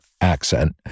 accent